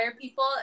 people